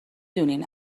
دونین